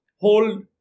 hold